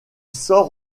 sort